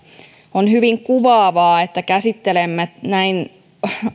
on hyvin kuvaavaa että käsittelemme näin